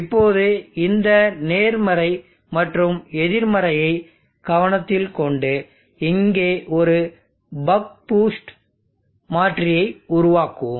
இப்போது இந்த நேர்மறை மற்றும் எதிர்மறையை கவனத்தில் கொண்டு இங்கே ஒரு பக் பூஸ்ட் மாற்றியை உருவாக்குவோம்